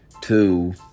Two